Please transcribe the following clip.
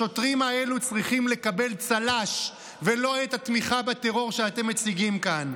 השוטרים האלה צריכים לקבל צל"ש ולא את התמיכה בטרור שאתם מציגים כאן.